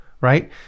right